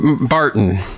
Barton